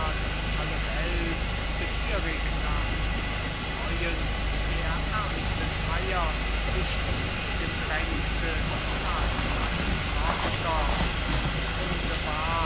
und alle welt begierig nach dem neuen der ernsten feier sich entgegendrängte lag deine tochter denn die kunde war